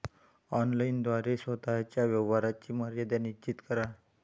online द्वारे स्वतः च्या व्यवहाराची मर्यादा निश्चित करा